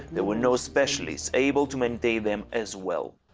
there were no specialists able to maintain them as well.